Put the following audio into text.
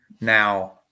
now